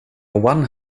one